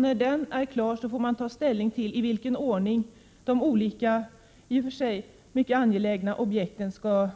När den är klar får man ta ställning till i vilken ordning de olika i och för sig mycket angelägna objekten skall